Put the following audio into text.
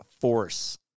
force